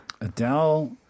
Adele